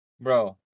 Bro